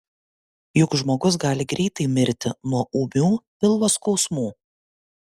juk žmogus gali greitai mirti nuo ūmių pilvo skausmų